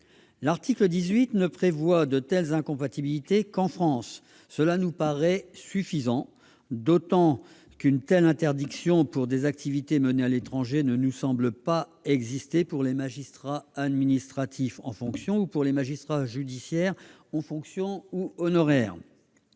L'article 18 ne prévoit de telles incompatibilités qu'en France. Cela nous paraît suffisant, d'autant qu'une telle interdiction pour des activités menées à l'étranger ne nous semble pas exister pour les magistrats administratifs en fonction ou pour les magistrats judiciaires en fonction ou honoraires.